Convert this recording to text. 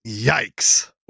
Yikes